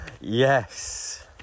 Yes